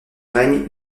règne